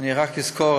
אני רק אזכור,